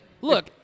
Look